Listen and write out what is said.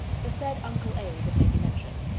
the said uncle abe, it may be mentioned,